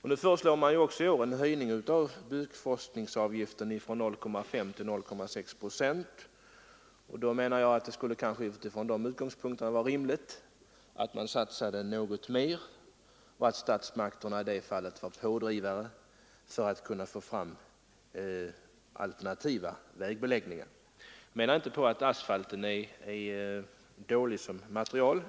I år föreslås en höjning av byggforskningsavgiften från 0,5 till 0,6 procent. Det skulle kanske utifrån de utgångspunkterna vara rimligt att satsa något mer — och att statsmakterna vore pådrivare — för att få fram alternativa vägbeläggningar. Jag menar inte att asfalten är dålig som material.